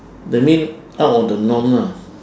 that mean out of the norm ah